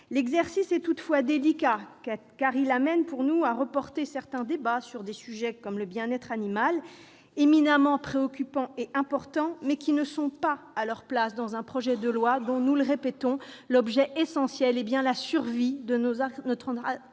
l'exercice est délicat, car il amène à reporter certains débats sur des sujets, comme le bien-être animal, éminemment préoccupants et importants, mais qui ne sont pas à leur place dans un projet de loi, dont, encore une fois, l'objet essentiel est la survie de notre agriculture